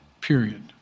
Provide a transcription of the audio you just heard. period